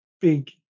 big